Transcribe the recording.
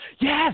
Yes